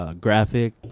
graphic